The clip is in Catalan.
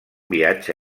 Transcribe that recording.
viatge